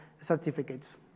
certificates